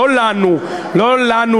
לא לנו לממשלה,